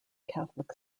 catholic